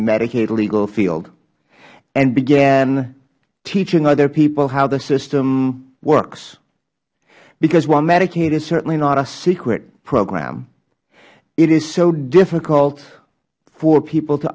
the medicaid legal field and began teaching other people how the system works because while medicaid is certainly not a secret program it is so difficult for people to